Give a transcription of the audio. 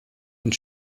und